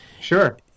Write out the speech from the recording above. Sure